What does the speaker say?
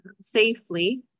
safely